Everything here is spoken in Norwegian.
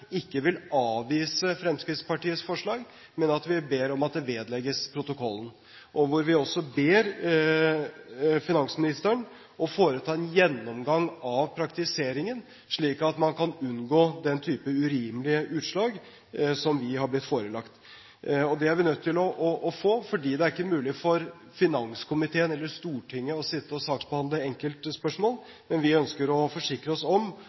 ikke vil avvise Fremskrittspartiets forslag, men at vi ber om at det vedlegges protokollen. Vi ber også om at finansministeren foretar en gjennomgang av praktiseringen, slik at man kan unngå den typen urimelige utslag som vi har blitt forelagt. Det er vi nødt til å få, for det er ikke mulig for finanskomiteen eller Stortinget å sitte og saksbehandle enkeltspørsmål, men vi ønsker å forsikre oss om